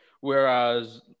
Whereas